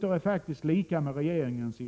Men i reservationerna 3 och 4 är faktiskt några punkter lika med regeringens,